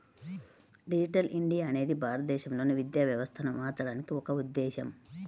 digital India అనేది భారతదేశంలోని విద్యా వ్యవస్థను మార్చడానికి ఒక ఉద్ధేశం